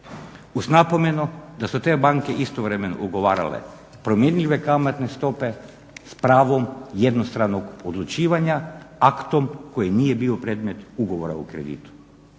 napomenu da su te banke istovremeno ugovarale promjenjive kamatne stope s pravom jednostranog odlučivanja aktom koji nije bio predmet ugovora o kreditu.